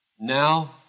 Now